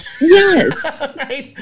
Yes